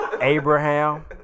Abraham